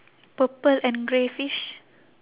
purple and grey fish